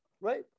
right